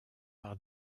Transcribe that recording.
par